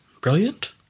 brilliant